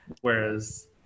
whereas